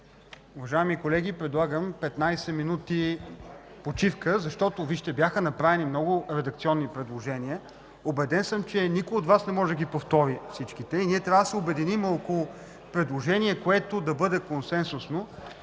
Уважаеми колеги, предлагам 15 минути почивка, защото бяха направени много редакционни предложения. Убеден съм, че никой от Вас не може да повтори всичките. Ние трябва да се обединим около консенсусно